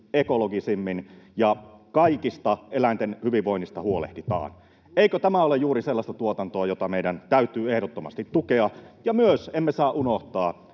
ekologisimmin, ja kaikkien eläinten hyvinvoinnista huolehditaan. Eikö tämä ole juuri sellaista tuotantoa, jota meidän täytyy ehdottomasti tukea? Ja emme myöskään saa unohtaa